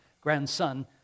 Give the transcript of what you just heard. grandson